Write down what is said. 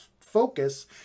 focus